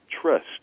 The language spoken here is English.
trust